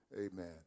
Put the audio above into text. Amen